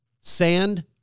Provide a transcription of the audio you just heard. Sand